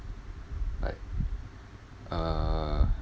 like uh